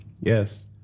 Yes